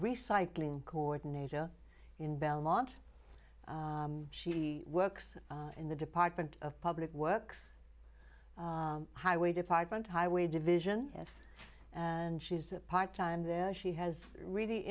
recycling coordinator in belmont she works in the department of public works highway department highway division yes and she's a part time there she has really